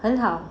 很好